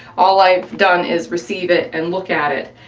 all i've done is receive it and look at it,